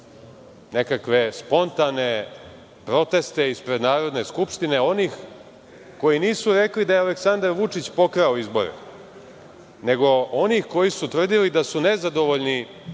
nekakve spontane proteste ispred Narodne skupštine onih koji nisu rekli da je Aleksandar Vučić pokrao izbore, nego onih koji su tvrdili da su nezadovoljni